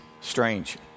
Strange